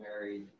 married